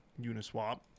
Uniswap